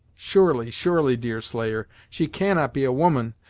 surely, surely, deerslayer, she cannot be a woman,